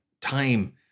time